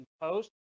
Post